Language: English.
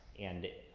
and